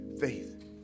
faith